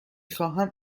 خواهم